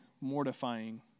mortifying